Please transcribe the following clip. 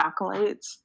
accolades